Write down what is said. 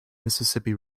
mississippi